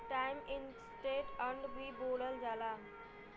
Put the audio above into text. times interest earned भी बोलल जाला